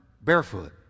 barefoot